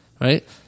Right